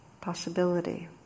possibility